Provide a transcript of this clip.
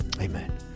Amen